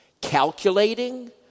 calculating